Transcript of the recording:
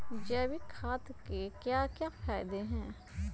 जैविक खाद के क्या क्या फायदे हैं?